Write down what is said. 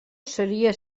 seria